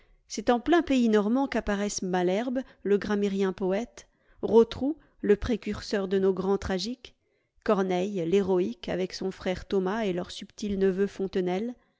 c'est en plein pays normand qu'apparaissent malherbe le grammairienpoète rotrou le précurseur de nos grands tragiques corneille l'héroïque avec son frère thomas et leur subtil neveu fontenelle